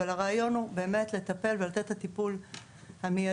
אבל הרעיון הוא באמת לטפל ולתת את הטיפול המיידי,